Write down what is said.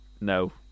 no